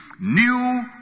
New